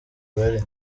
bari